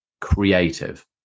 creative